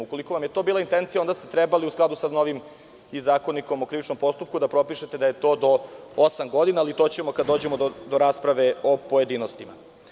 Ukoliko vam je to bila intencija, onda ste trebali u skladu sa Zakonikom o krivičnom postupku da propišete da je to do osam godina, ali to ćemo kada dođemo do rasprave u pojedinostima.